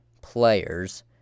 players